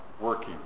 working